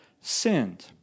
sinned